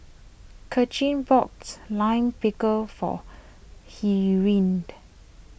Kelcie boats Lime Pickle for he rained